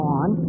on